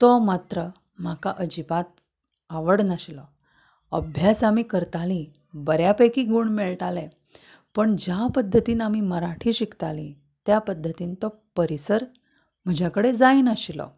तो मात्र म्हाका अजिबात आवडनाशिल्लो अभ्यास आमी करताली बऱ्यापैकी गूण मेळटाले पूण ज्या पद्धतीन आमी मराठी शिकताली त्या पद्धतीन तो परिसर म्हज्या कडेन जायनाशिल्लो